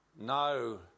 no